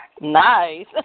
Nice